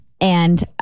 And-